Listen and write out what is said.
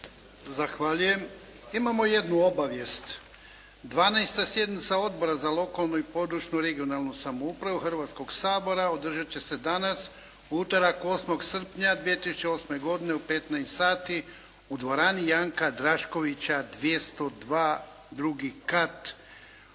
Zahvaljujem. Imamo jednu obavijest. 12. sjednica Odbora za lokalnu i područnu regionalnu samoupravu Hrvatskog sabora održati će se danas, u utorak 8. srpnja 2008. godine u 15 sati u dvorani Janka Draškovića 202, 2. kat.